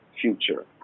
future